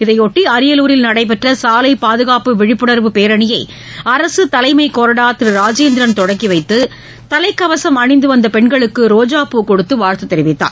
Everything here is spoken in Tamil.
இதையொட்டி அரியலூரில் நடைபெற்ற சாலை பாதுகாப்பு விழிப்புணர்வு பேரணியை அரசு தலைமை கொறடா திரு ராஜேந்திரன் தொடங்கி வைத்து தலைக்கவசம் அணிந்து வந்த பெண்களுக்கு ரோஜா பூ கொடுத்து வாழ்த்து தெரிவித்தார்